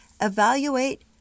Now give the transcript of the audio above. Evaluate